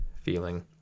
feeling